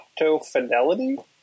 OptoFidelity